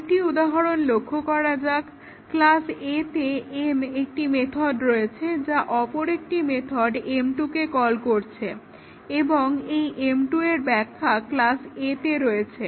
আরেকটি উদাহরণ লক্ষ্য করা যাক একটি ক্লাস A তে m একটি মেথড রয়েছে যা অপর একটি মেথড m2 কে কল করছে এবং এই m2 এর ব্যাখ্যা ক্লাস A তে রয়েছে